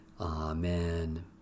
Amen